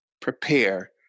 prepare